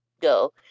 go